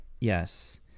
Yes